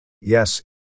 Yes